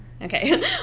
Okay